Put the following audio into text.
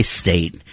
state